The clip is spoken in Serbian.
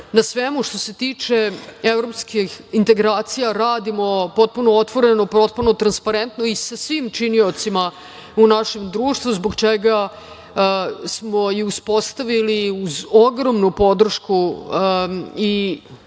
na svemu što se tiče evropskih integracija radimo potpuno otvoreno, potpuno transparentno i sa svim činiocima u našem društvu zbog čeka smo i uspostavili uz ogromnu podršku, i